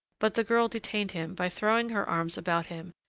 but the girl detained him by throwing her arms about him,